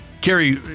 Kerry